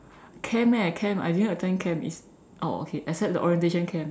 camp eh camp I didn't attend camp it's oh okay except the orientation camp